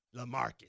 LaMarcus